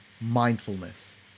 mindfulness